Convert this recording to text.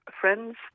friends